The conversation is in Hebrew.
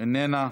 איננה,